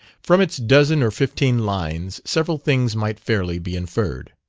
from its dozen or fifteen lines several things might fairly be inferred.